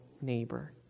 neighbor